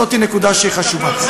זאת נקודה שהיא חשובה.